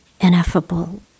ineffable